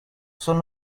son